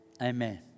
Amen